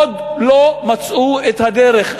ועוד לא מצאו את הדרך,